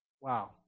Wow